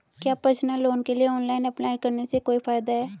क्या personal loan के लिए ऑनलाइन अप्लाई करने से कोई फायदा है?